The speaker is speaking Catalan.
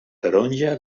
taronja